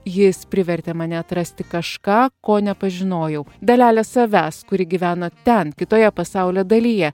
jis privertė mane atrasti kažką ko nepažinojau dalelę savęs kuri gyvena ten kitoje pasaulio dalyje